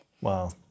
Wow